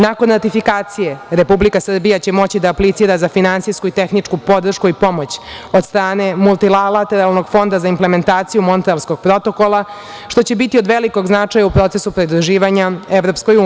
Nakon ratifikacije, Republika Srbija će moći da aplicira za finansijsku i tehničku podršku i pomoć od strane Multilateralnog fonda za implementaciju Montrealskog protokola, što će biti od velikog značaja u procesu pridruživanja EU.